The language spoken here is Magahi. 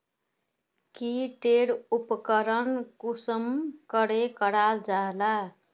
की टेर उपकरण कुंसम करे कराल जाहा जाहा?